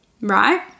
right